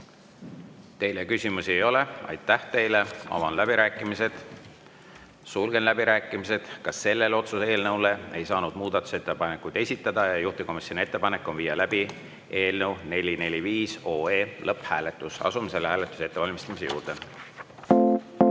Teile küsimusi ei ole. Aitäh teile! Avan läbirääkimised. Sulgen läbirääkimised. Ka selle otsuse eelnõu kohta ei saanud muudatusettepanekuid esitada ja juhtivkomisjoni ettepanek on viia läbi eelnõu 445 lõpphääletus. Asume selle hääletuse ettevalmistamise juurde. Head